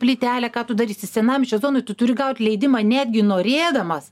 plytelę ką tu darysi senamiesčio zonoj tu turi gaut leidimą netgi norėdamas